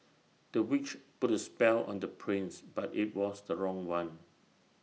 the witch put A spell on the prince but IT was the wrong one